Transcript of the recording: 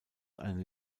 eine